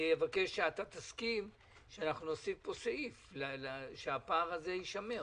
אני אבקש שאתה תסכים שאנחנו נוסיף פה בחוק הזה סעיף שהפער הזה יישמר.